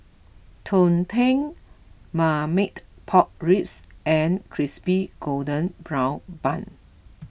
Tumpeng Marmite Pork Ribs and Crispy Golden Brown Bun